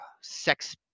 sex